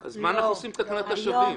אז מה אנחנו עושים בתקנת השבים?